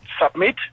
submit